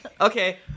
Okay